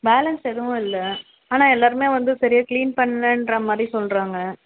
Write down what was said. balance எதுவும் இல்லை ஆனால் எல்லோருமே வந்து சரியாக க்ளீன் பண்ணலன்ற மாதிரி சொல்றாங்க